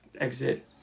exit